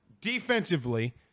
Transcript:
Defensively